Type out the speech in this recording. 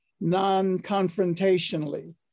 non-confrontationally